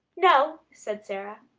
no, said sara,